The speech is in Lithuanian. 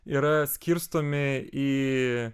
yra skirstomi į